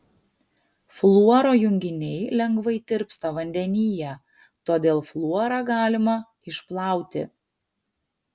fluoro junginiai lengvai tirpsta vandenyje todėl fluorą galima išplauti